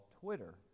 Twitter